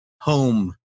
home